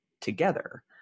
together